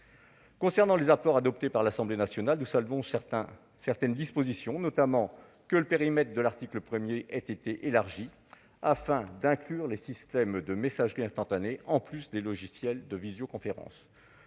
Concernant les apports adoptés par l'Assemblée nationale, nous saluons certaines dispositions. Le périmètre de l'article 1 a été élargi afin d'inclure les systèmes de messagerie instantanée, en plus des logiciels de visioconférence.